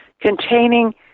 containing